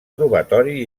robatori